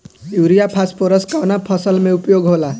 Urea phosphorus कवना फ़सल में उपयोग होला?